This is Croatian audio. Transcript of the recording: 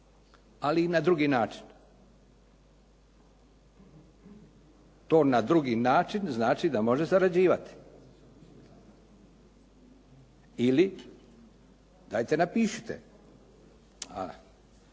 ali i na drugi način. To na drugi način znači da može zarađivati. Ili dajte napišite.